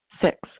Six